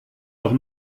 doch